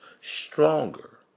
stronger